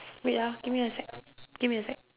wait ah give me a sec give me a sec